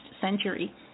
century